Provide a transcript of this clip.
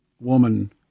woman